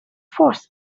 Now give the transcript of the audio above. force